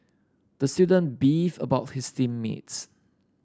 the student beefed about his team mates